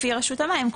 לפי רשות המים,